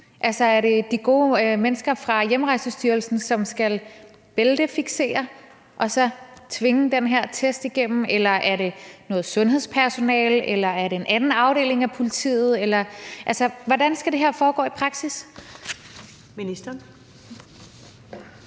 Altså, er det de gode mennesker fra Hjemrejsestyrelsen, som skal bæltefiksere og så tvinge den her test igennem, eller er det noget sundhedspersonale, eller er det en anden afdeling af politiet, der skal gøre det? Altså, hvordan skal det her foregå i praksis? Kl.